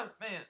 man